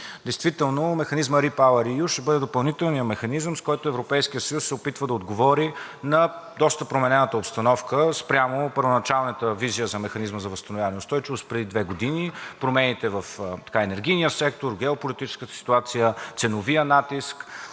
Действително Механизмът REPowerEU ще бъде допълнителният механизъм, с който Европейският съюз се опитва да отговори на доста променената обстановка спрямо първоначалната визия за Механизма за възстановяване и устойчивост преди две години – промените в енергийния сектор, геополитическата ситуация, ценовия натиск.